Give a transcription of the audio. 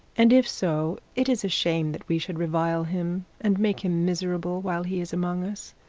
and if so, it is a shame that we should revile him, and make him miserable while he is among us.